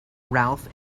ralph